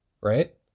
right